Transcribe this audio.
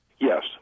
Yes